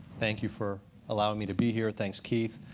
thank you for allowing me to be here. thanks, keith.